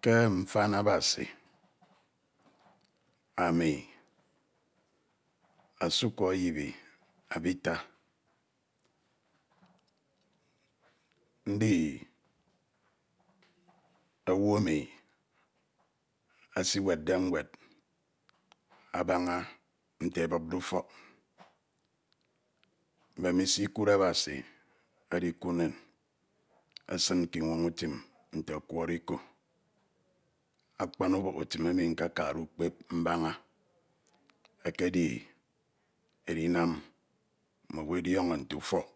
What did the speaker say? Ke mfan Abasi ami Asukwo Eyibio Ebita ndi iwu emi esiwedde mued abaña nte ebupde ufok, mbemisi ikud Abasi edikuud imñ esin ke inwoñ utim nte ọkoọrọ iko Akpan ubok utim emu nkekade ukpep mbaña ekedi mme owu edioño nte ufok